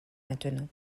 maintenant